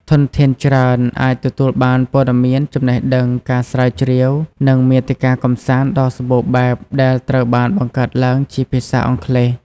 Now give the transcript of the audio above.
ធនធានច្រើន អាចទទួលបានព័ត៌មាន ចំណេះដឹង ការស្រាវជ្រាវ និងមាតិកាកម្សាន្តដ៏សម្បូរបែបដែលត្រូវបានបង្កើតឡើងជាភាសាអង់គ្លេស។